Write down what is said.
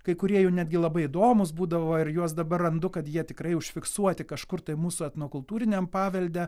kai kurie jų netgi labai įdomūs būdavo ir juos dabar randu kad jie tikrai užfiksuoti kažkur tai mūsų etnokultūriniam pavelde